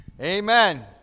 Amen